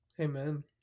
Amen